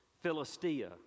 Philistia